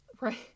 Right